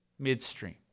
Midstream